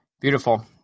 Beautiful